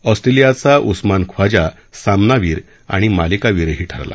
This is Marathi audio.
ऑस्ट्रेलियाचा उस्मान ख्वाजा सामनावीर आणि मालिकावीरही ठरला